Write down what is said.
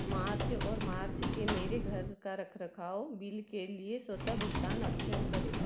मार्च और मार्च के मेरे घर का रख रखाव बिल के लिए स्वतः भुगतान अक्षम करें